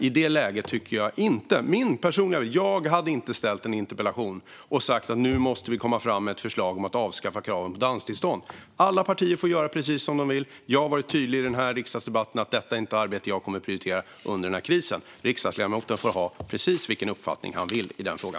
I detta läge hade jag själv inte - och det är min personliga åsikt - ställt en interpellation där jag sagt att vi nu måste ta fram ett förslag om att avskaffa kraven på danstillstånd. Alla partier får göra precis som de vill. Jag har varit tydlig i denna riksdagsdebatt med att det här inte är ett arbete som jag kommer att prioritera under krisen. Riksdagsledamoten får ha precis vilken uppfattning han vill i denna fråga.